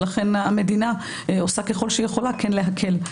ולכן המדינה עושה ככל שהיא יכולה כדי להקל.